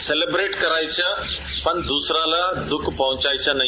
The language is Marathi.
सेलिब्रेट करायचं पण दुस याला दुःख पोहोचायचं नाही